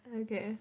Okay